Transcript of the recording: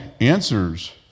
answers